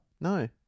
No